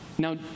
Now